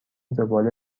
زباله